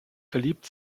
verliebt